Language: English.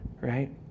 right